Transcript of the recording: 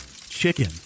Chicken